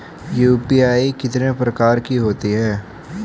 UPI कितने प्रकार की होती हैं?